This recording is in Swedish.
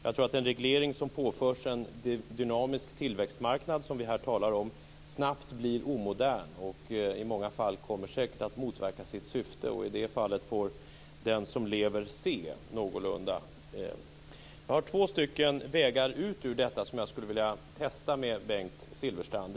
Jag tror att en reglering som påförs en dynamisk tillväxtmarknad, som vi här talar om, snabbt blir omodern och i många fall säkert kommer att motverka sitt syfte. I det fallet får den som lever se. Jag har två vägar ut ur detta som jag skulle vilja testa på Bengt Silfverstrand.